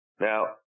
Now